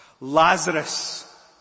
Lazarus